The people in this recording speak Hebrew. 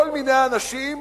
כל מיני אנשים,